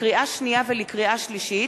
לקריאה שנייה ולקריאה שלישית: